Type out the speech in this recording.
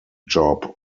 job